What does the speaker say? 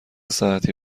ساعتی